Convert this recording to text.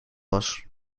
was